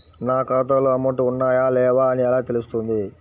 నా ఖాతాలో అమౌంట్ ఉన్నాయా లేవా అని ఎలా తెలుస్తుంది?